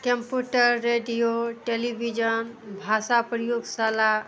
computer radio television भाषा प्रयोगशाला